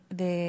de